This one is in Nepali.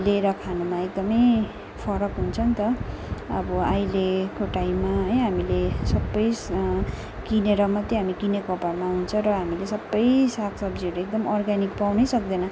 लिएर खानुमा एकदमै फरक हुन्छ नि त अब अहिलेको टाइममा है हामीले सबै किनेर मात्रै हामी किनेको भरमा हुन्छ र हामीले सबै साग सब्जीहरू एकदम अर्ग्यानिक पाउनै सक्दैन